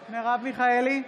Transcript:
מיכאלי,